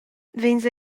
vegns